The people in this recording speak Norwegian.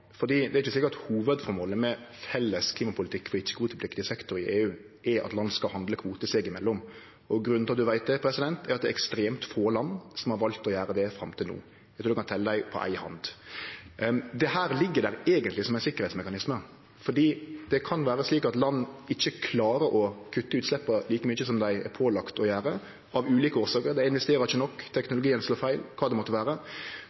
er ikkje slik at hovudformålet med felles klimapolitikk for ikkje-kvotepliktig sektor i EU er at land skal handle kvoter seg imellom. Og grunnen til at ein veit det, er at det er ekstremt få land som har valt å gjere det fram til no. Eg trur ein kan telje dei på éi hand. Dette ligg der eigentleg som ein sikkerheitsmekanisme, for det kan vere slik at land ikkje klarer å kutte utsleppa like mykje som dei er pålagde å gjere, av ulike årsaker; dei investerer ikkje nok, teknologien slår feil – kva det måtte vere.